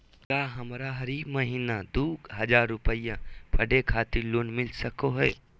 का हमरा हरी महीना दू हज़ार रुपया पढ़े खातिर लोन मिलता सको है?